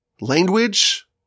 language